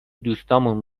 دوستامون